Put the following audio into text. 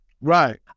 Right